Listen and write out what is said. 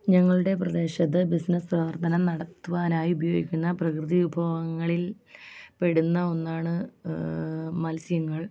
ഞങ്ങളുടെ പ്രദേശത്ത് ബിസിനസ്സ് പ്രവർത്തനം നടത്തുവാനായി ഉപയോഗിക്കുന്ന പ്രകൃതി വിഭവങ്ങളിൽ പെടുന്ന ഒന്നാണ് മത്സ്യങ്ങൾ